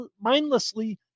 mindlessly